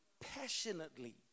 passionately